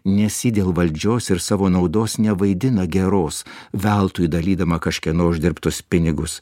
nes ji dėl valdžios ir savo naudos nevaidina geros veltui dalydama kažkieno uždirbtus pinigus